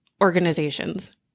organization's